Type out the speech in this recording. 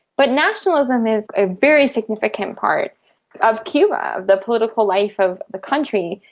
but nationalism is a very significant part of cuba, of the political life of the country,